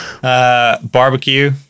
Barbecue